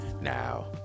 now